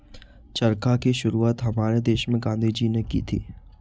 चरखा की शुरुआत हमारे देश में गांधी जी ने की थी